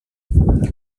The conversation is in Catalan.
model